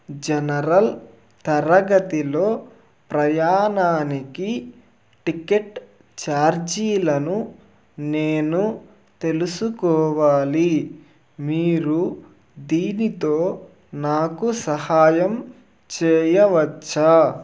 general తరగతిలో ప్రయాణానికి ticket ఛార్జీలను నేను తెలుసుకోవాలి మీరు దీనితో నాకు సహాయం చేయవచ్చా